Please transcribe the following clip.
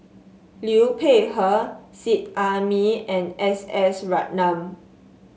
Liu Peihe Seet Ai Mee and S S Ratnam